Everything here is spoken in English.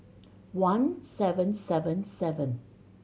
one seven seven seven